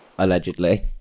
Allegedly